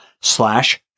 slash